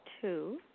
two